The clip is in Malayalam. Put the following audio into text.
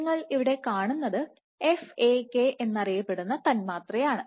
നിങ്ങൾ ഇവിടെ കാണുന്നത് FAK എന്നറിയപ്പെടുന്ന തന്മാത്രയാണ്